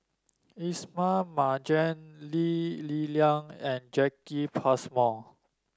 Ismail Marjan Lee Li Lian and Jacki Passmore